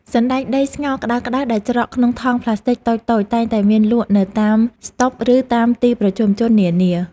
សណ្តែកដីស្ងោរក្តៅៗដែលច្រកក្នុងថង់ប្លាស្ទិកតូចៗតែងតែមានលក់នៅតាមស្តុបឬតាមទីប្រជុំជននានា។